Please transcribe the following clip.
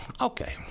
Okay